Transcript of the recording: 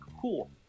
cool